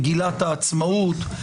מגילת העצמאות,